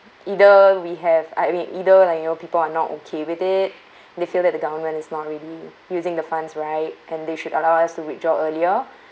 either we have I mean either like you know people are not okay with it they feel that the government is not really using the funds right and they should allow us to withdraw earlier